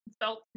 felt